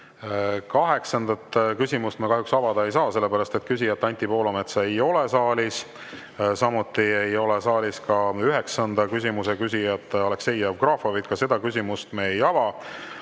Kaheksanda küsimuse arutelu ma kahjuks avada ei saa, sellepärast et küsijat Anti Poolametsa ei ole saalis. Samuti ei ole saalis üheksanda küsimuse küsijat Aleksei Jevgrafovit. Ka seda küsimust me ei ava.